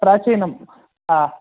प्राचीनं हा